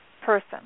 person